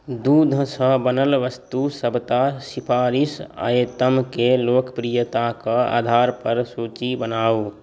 दूधसँ बनल वस्तु सभटा सिफारिश आइटमके लोकप्रियताक आधार पर सूची बनाउ